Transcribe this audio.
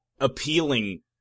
appealing